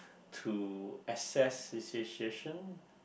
to assess the situation